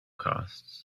costs